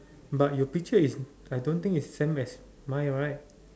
but your picture is I don't think is same as mine right